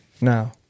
now